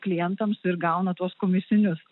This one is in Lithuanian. klientams ir gauna tuos komisinius